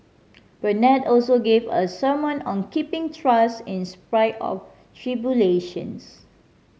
Bernard also gave a sermon on keeping trust in spite of tribulations